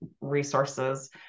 resources